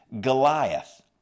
Goliath